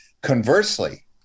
conversely